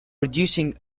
reducing